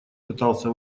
пытался